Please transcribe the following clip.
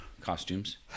costumes